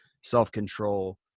self-control